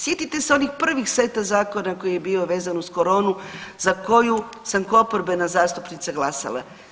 Sjetite se onih pravih seta zakona koji je bio vezan uz koronu, za koju sam kao oporbena zastupnica glasala.